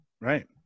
right